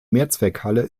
mehrzweckhalle